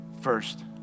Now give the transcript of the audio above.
first